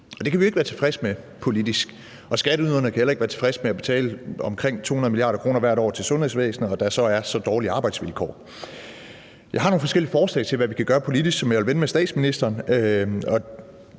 Det kan vi jo ikke være tilfredse med politisk, og skatteyderne kan heller ikke være tilfredse med at betale omkring 200 mia. kr. hvert år til sundhedsvæsenet, og at der så er så dårlige arbejdsvilkår. Jeg har nogle forskellige forslag til, hvad vi kan gøre politisk, som jeg vil vende med statsministeren.